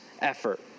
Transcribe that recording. effort